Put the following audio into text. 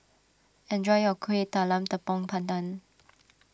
enjoy your Kueh Talam Tepong Pandan